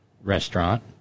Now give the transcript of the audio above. restaurant